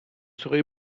serai